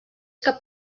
cap